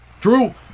Drew